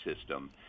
system